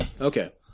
Okay